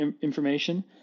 information